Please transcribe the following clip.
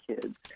kids